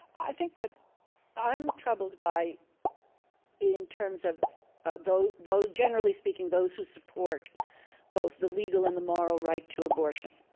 i think what i'm troubled by in terms of ah those generally speaking those who support both the legal and the moral right to abortion.